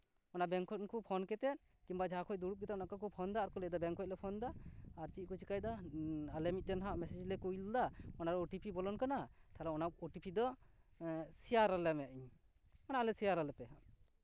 ᱚᱱᱟ ᱵᱮᱝᱠ ᱠᱷᱚᱱ ᱩᱱᱠᱩ ᱯᱷᱳᱱ ᱠᱟᱛᱮᱫ ᱠᱤᱢᱵᱟ ᱡᱟᱦᱟᱸ ᱠᱷᱚᱱ ᱫᱩᱲᱩᱵ ᱠᱟᱛᱮᱫ ᱚᱱᱮ ᱚᱱᱠᱟ ᱠᱚ ᱯᱷᱳᱱ ᱫᱟ ᱟᱨᱠᱚ ᱞᱟᱹᱭᱫᱟ ᱵᱮᱝᱠ ᱠᱷᱚᱱᱞᱮ ᱯᱷᱳᱱ ᱫᱟ ᱟᱨ ᱪᱮᱫ ᱠᱚ ᱪᱤᱠᱟᱹᱭᱮᱫᱟ ᱟᱞᱮ ᱢᱤᱫᱴᱮᱱ ᱦᱟᱸᱜ ᱢᱮᱥᱮᱡᱽ ᱞᱮ ᱠᱩᱞ ᱫᱟ ᱚᱱᱟᱨᱮ ᱳᱴᱤᱯᱤ ᱵᱚᱞᱚᱱ ᱠᱟᱱᱟ ᱛᱟᱦᱞᱮ ᱚᱱᱟ ᱳᱴᱤᱯᱤ ᱫᱚ ᱥᱮᱭᱟᱨ ᱟᱞᱮ ᱢᱮ ᱤᱧ ᱢᱟᱱᱮ ᱟᱞᱮ ᱥᱮᱭᱟᱨ ᱟᱞᱮ ᱯᱮ ᱦᱟᱸᱜ